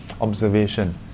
observation